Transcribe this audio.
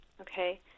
Okay